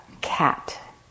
cat